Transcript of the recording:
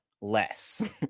less